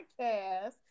podcast